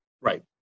Right